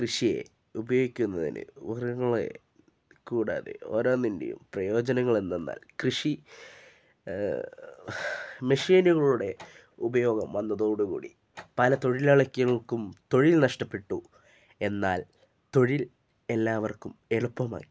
കൃഷിയെ ഉപയോഗിക്കുന്നതിന് ഉരഗങ്ങളെ കൂടാതെ ഓരോന്നിൻ്റെയും പ്രയോജനങ്ങളെന്തെന്നാൽ കൃഷി മെഷീനുകളുടെ ഉപയോഗം വന്നതോടു കൂടി പല തൊഴിലാളികൾക്കും തൊഴിൽ നഷ്ടപ്പെട്ടു എന്നാൽ തൊഴിൽ എല്ലാവർക്കും എളുപ്പമായി